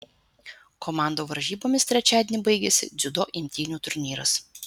komandų varžybomis trečiadienį baigiasi dziudo imtynių turnyras